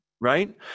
right